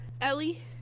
ellie